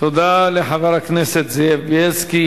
תודה לחבר הכנסת זאב בילסקי.